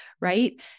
right